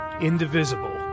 indivisible